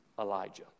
Elijah